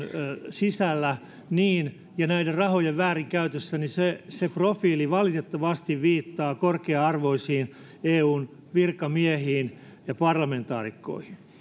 sisällä ja näiden rahojen väärinkäytössä niin se se profiili valitettavasti viittaa korkea arvoisiin eun virkamiehiin ja parlamentaarikkoihin